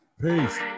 Peace